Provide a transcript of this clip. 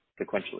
sequentially